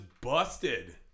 busted